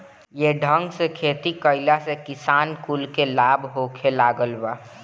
ये ढंग से खेती कइला से किसान कुल के लाभ होखे लागल बा